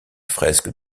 fresques